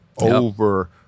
over